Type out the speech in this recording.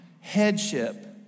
headship